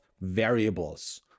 variables